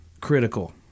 critical